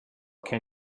can